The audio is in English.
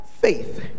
faith